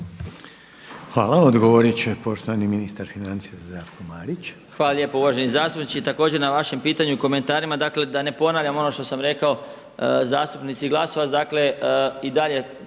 Hvala. Odgovorit će uvaženi poštovani ministar financija Zdravko Marić. **Marić, Zdravko** Hvala lijepo uvaženi zastupniče također na vašem pitanju i komentarima. Dakle da ne ponavljam ono što sam rekao zastupnici Glasovac, dakle i dalje